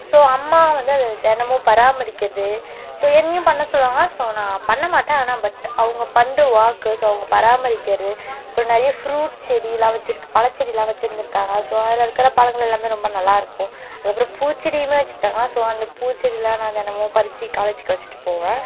so அம்மா வந்து அதை தினமும் பராமரிக்கிறது ஸோ என்னையும் பண்ண சொல்லுவாங்க ஸோ நான் பண்ண மாட்டேன் ஆனால் பட் அவங்க பண்ணுற வாக்கு ஸோ அவங்க பராமரிக்கிறது இப்போ நிறைய ஃப்ரூட் செடியெல்லாம் வச்சுருக் பழ செடியெல்லாம் வச்சுருந்துருக்காங்க ஸோ அதில் இருக்கிற பழங்கள் எல்லாமே ரொம்ப நல்லாயிருக்கும் அதுக்கப்புறம் பூச்செடியுமே வச்சுருக்காங்களா ஸோ அந்த பூச்செடியில் நான் தினமும் பறித்து காலேஜுக்கு வச்சுட்டு போவேன்